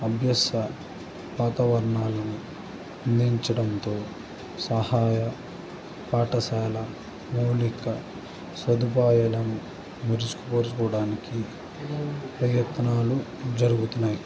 అభ్యస వాతావరణాలను అందించడంతో సహాయ పాఠశాల మౌలిక సదుపాయలను మెరుగుపరుచుకోవడానికి ప్రయత్నాలు జరుగుతున్నాయి